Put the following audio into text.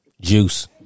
Juice